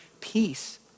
peace